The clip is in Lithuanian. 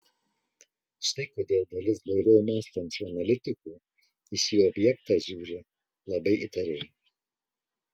štai kodėl dalis blaiviau mąstančių analitikų į šį objektą žiūri labai įtariai